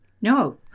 No